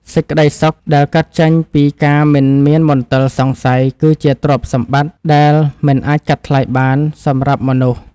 សេចក្តីសុខដែលកើតចេញពីការមិនមានមន្ទិលសង្ស័យគឺជាទ្រព្យសម្បត្តិដែលមិនអាចកាត់ថ្លៃបានសម្រាប់មនុស្ស។